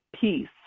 peace